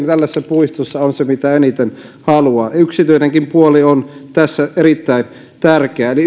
tällaisessa puistossa on se mitä eniten haluaa yksityinenkin puoli on tässä erittäin tärkeä eli